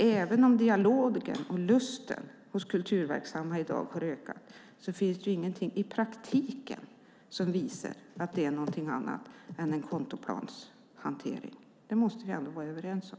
Även om dialogen och lusten hos kulturverksamma i dag har ökat finns det ingenting i praktiken som visar att det är någonting annat än en kontoplanshantering. Det måste vi ändå vara överens om.